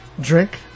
Drink